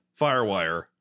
Firewire